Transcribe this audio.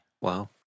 Wow